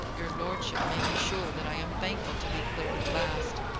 your lordship may be sure that i am thankful to be cleared at last.